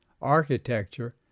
architecture